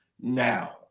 now